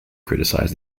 criticize